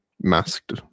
masked